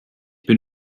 bin